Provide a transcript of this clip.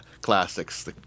classics